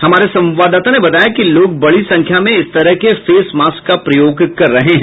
हमारे संवाददाता ने बताया कि लोग बड़ी संख्या में इस तरह के फेस मास्क का प्रयोग कर रहे हैं